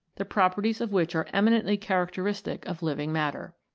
the properties of which are eminently characteristic of living matter.